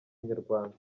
inyarwanda